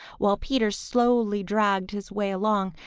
while peter slowly dragged his way along,